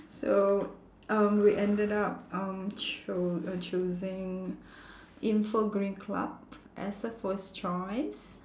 so um we ended up um cho~ uh choosing infogreen club as a first choice